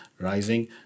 rising